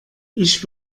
ich